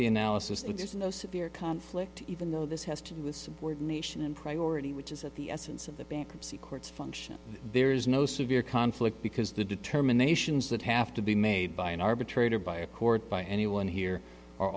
the analysis of the conflict even though this has to subordination in priority which is at the essence of the bankruptcy courts function there is no severe conflict because the determinations that have to be made by an arbitrator by a court by anyone here are